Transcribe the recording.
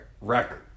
record